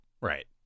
Right